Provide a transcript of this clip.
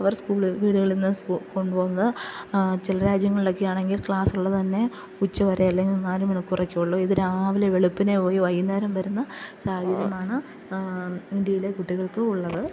അവർ സ്കൂളില് വീടുകളിൽ നിന്ന് സ്കൂ കൊണ്ടുപോകുന്നത് ചില രാജ്യങ്ങളിലൊക്കെ ആണെങ്കിൽ ക്ലാസ് ഉള്ളത് തന്നെ ഉച്ചവരെ അല്ലെങ്കിൽ നാല് മണിക്കൂറൊക്കെയെ ഉള്ളൂ ഇത് രാവിലെ വെളുപ്പിനെ പോയി വൈകുന്നേരം വരുന്ന സാഹചര്യമാണ് ഇൻഡ്യയിലെ കുട്ടികൾക്ക് ഉള്ളത്